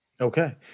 Okay